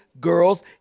girls